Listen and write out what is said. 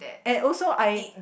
and also I